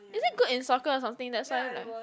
is it good in soccer or something that's why like